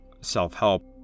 self-help